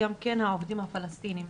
גם כן העובדים הפלסטינים.